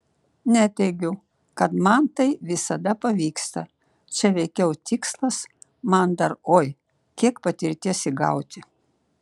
neteigiu kad man tai visada pavyksta čia veikiau tikslas man dar oi kiek patirties įgauti